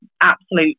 absolute